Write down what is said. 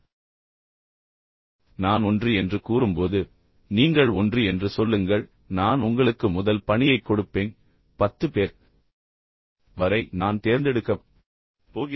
எனவே நான் ஒன்று என்று கூறும்போது நீங்கள் ஒன்று என்று சொல்லுங்கள் பின்னர் நான் உங்களுக்கு முதல் பணியைக் கொடுப்பேன் பத்து பேர் வரை நான் தேர்ந்தெடுக்கப் போகிறேன்